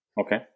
Okay